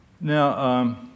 Now